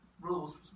rules